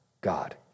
God